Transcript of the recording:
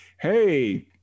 Hey